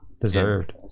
deserved